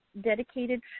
dedicated